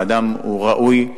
האדם הוא ראוי,